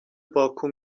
باکو